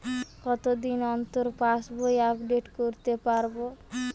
কতদিন অন্তর পাশবই আপডেট করতে পারব?